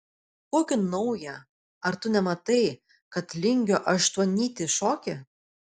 kokį naują ar tu nematai kad lingio aštuonnytį šoki